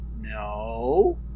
No